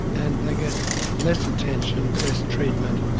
and they get less attention, less treatment,